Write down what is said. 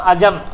Ajam